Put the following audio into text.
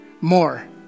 more